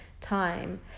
time